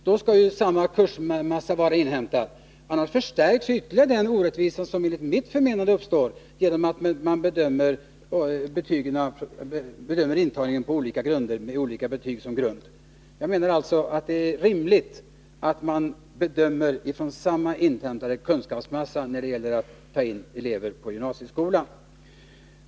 Då skall samma kursmassa vara inhämtad; annars förstärks ytterligare den orättvisa som enligt mitt förmenande uppstår genom att man bedömer intagningen med olika betyg som grund. Jag menar alltså att det är rimligt att man bedömer från samma inhämtade kunskapsmassa när det gäller att ta in elever i gymnasieskolan.